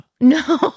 No